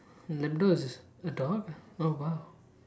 Labrador is a dog oh !wow!